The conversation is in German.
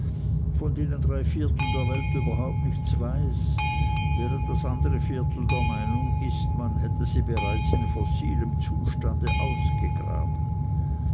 von denen drei viertel der welt überhaupt nichts weiß während das andere viertel der meinung ist man hätte sie bereits in fossilem zustande ausgegraben